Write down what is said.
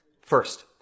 First